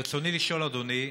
ברצוני לשאול, אדוני,